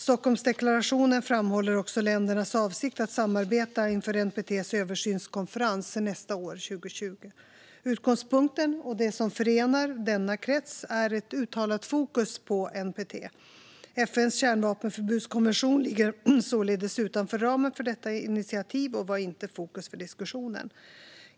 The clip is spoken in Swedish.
Stockholmsdeklarationen framhåller också ländernas avsikt att samarbeta inför NPT:s översynskonferens nästa år, 2020. Utgångspunkten, och det som förenar denna krets, är ett uttalat fokus på NPT. FN:s kärnvapenförbudskonvention ligger således utanför ramen för detta initiativ och var inte fokus för diskussionen.